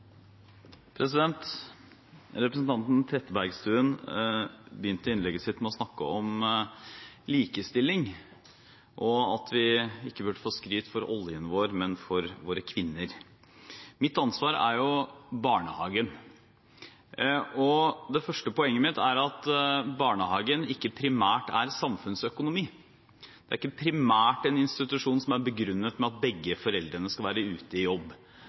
hverdag. Representanten Trettebergstuen begynte innlegget sitt med å snakke om likestilling og at vi ikke burde få skryt for oljen vår, men for våre kvinner. Mitt ansvar er barnehagen. Det første poenget mitt er at barnehagen ikke primært er samfunnsøkonomi. Det er ikke primært en institusjon som er begrunnet med at begge foreldrene skal være ute i jobb.